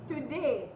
Today